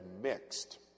mixed